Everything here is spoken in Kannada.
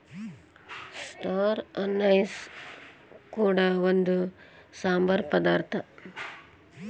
ಸ್ಟಾರ್ ಅನೈಸ್ ಕೂಡ ಒಂದು ಸಾಂಬಾರ ಪದಾರ್ಥ